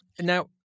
now